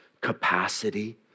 capacity